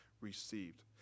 received